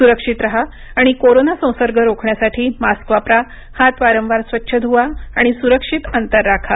सुक्षित राहा आणि कोरोना संसर्ग रोखण्यासाठी मास्क वापरा हात वारंवार स्वच्छ धुवा आणि सुरक्षित अंतर राखा